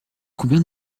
combien